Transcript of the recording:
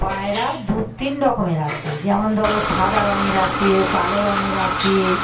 পায়রা দু তিন রকমের আছে যেমন ধরো সাদা রঙের আছে কালো রঙের আছে